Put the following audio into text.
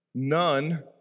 None